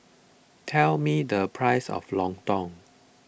tell me the price of Lontong